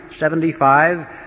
75